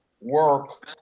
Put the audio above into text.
work